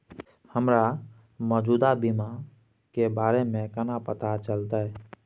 हमरा मौजूदा बीमा के बारे में केना पता चलते?